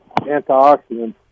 antioxidants